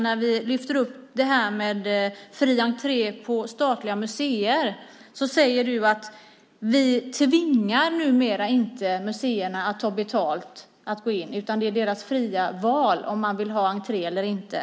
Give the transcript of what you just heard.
När vi lyfter upp frågan om fri entré till statliga museer säger kulturministern: Vi tvingar numera inte museerna att ta betalt, utan det är deras fria val att ta entréavgift eller inte.